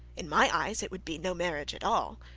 in my eyes it would be no marriage at all,